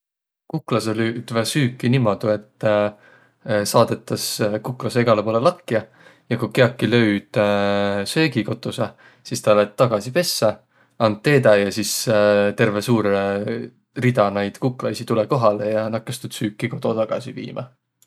Kuklasõq löüdväq süüki niimoodu, et saadõtas kuklasõq egäle poolõ lakja ja ku kiäki löüd söögikotusõ, sis tä lätt tagasi pessä, and teedäq ja sis terveq suur rida naid kuklaisi tulõ kohalõ ja nakkas tuud süüki kodo tagasi viimä.